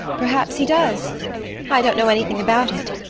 perhaps he does i don't know anything about it.